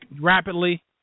rapidly